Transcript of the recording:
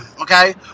okay